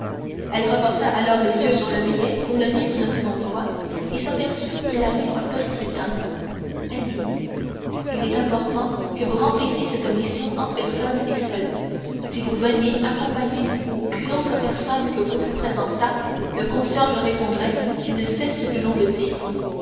elle reporta alors les yeux sur le billet pour le lire une seconde fois et s'aperçut qu'il avait un post-scriptum elle lut il est important que vous remplissiez cette mission en personne et seule si vous veniez accompagnée ou qu'une autre que vous se présentât le concierge répondrait qu'il ne sait ce que l'on veut dire